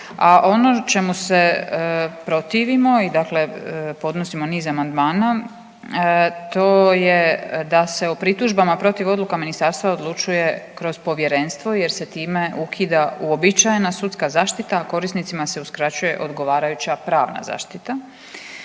ono čemu se protivimo i podnosimo, niz amandmana to je da se o pritužbama protiv odluka ministarstva odlučuje kroz povjerenstvo jer se time ukida uobičajena sudska zaštita, korisnicima se uskraćuje odgovarajuća pravna zaštita.